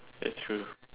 that's true